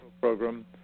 program